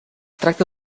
tracta